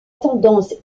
tendance